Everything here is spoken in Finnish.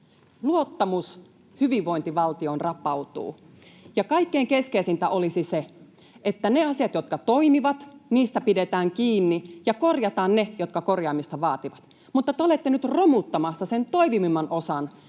Luottamus hyvinvointivaltioon rapautuu, ja kaikkein keskeisintä olisi se, että niistä asioista, jotka toimivat, pidetään kiinni ja korjataan ne, jotka korjaamista vaativat. Mutta te olette nyt romuttamassa sen toimivimman osan